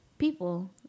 people